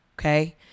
okay